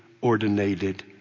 ordinated